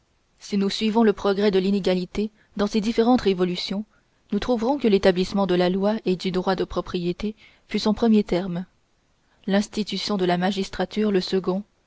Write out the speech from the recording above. si nous suivons le progrès de l'inégalité dans ces différentes révolutions nous trouverons que l'établissement de la loi et du droit de propriété fut son premier terme l'institution de la magistrature le second